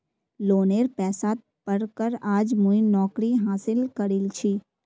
लोनेर पैसात पढ़ कर आज मुई नौकरी हासिल करील छि